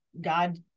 god